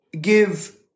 give